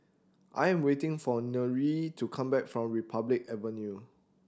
I am waiting for Nyree to come back from Republic Avenue